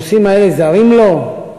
הנושאים האלה זרים לו,